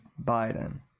Biden